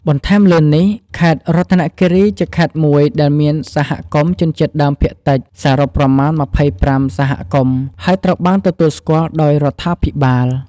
បន្ថែមលើនេះ ខេត្តរតនគិរីជាខេត្តមួយដែលមានសហគមន៍ជនជាតិដើមភាគតិចសរុបប្រមាណ ម្ភៃប្រាំ សហគមន៍ហើយត្រូវបានទទួលស្គាល់ដោយរដ្ឋាភិបាល។